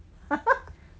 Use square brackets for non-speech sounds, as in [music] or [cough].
[laughs]